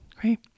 Great